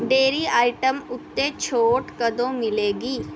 dairy item ਉੱਤੇ ਛੋਟ ਕਦੋਂ ਮਿਲੇਗੀ